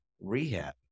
rehab